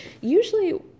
usually